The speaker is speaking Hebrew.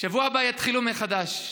בשבוע הבא יתחילו מחדש.